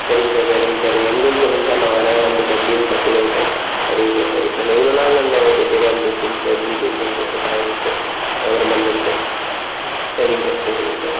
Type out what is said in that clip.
சரிங்க சார் சரிங்க சார் எங்கேன்னு சொல்லுங்கள் சார் நான் வரேன் வந்துக்கு எப்படின்னு கற்றுக்கறேன் சார் சரிங்க சார் சரிங்க சார் இவ்வளோ நாள் நான் எனக்கு தெரியாமல் போச்சுங்க சார் ப்ளீச்சிங் பவுடர் போட்டு காய விட்டு அப்புறம் பண்ணணுன்ட்டு சரிங்க சார் சரிங்க சார்